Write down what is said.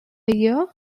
year